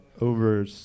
Over